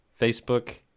Facebook